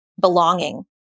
belonging